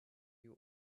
you